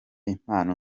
impano